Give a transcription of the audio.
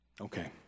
Okay